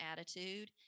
attitude